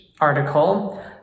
article